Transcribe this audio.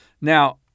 Now